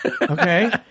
Okay